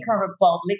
Republic